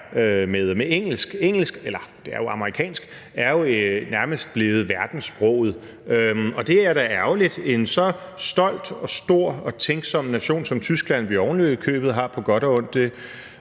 Engelsk, eller det er jo amerikansk, er nærmest blevet verdenssproget. Det er da ærgerligt, at sproget i en så stolt og stor og tænksom nation som Tyskland, hvorom vi ovenikøbet på godt og ondt har